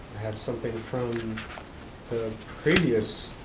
have something from the previous